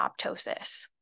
apoptosis